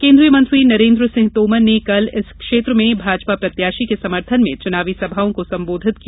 केन्द्रीय मंत्री नरेन्द्र सिंह तोमर ने कल इस क्षेत्र में भाजपा प्रत्याशी के समर्थन में चुनावी समाओं को संबोधित किया